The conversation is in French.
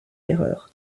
erreur